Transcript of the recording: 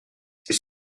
c’est